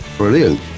Brilliant